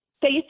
faith